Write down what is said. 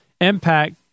impact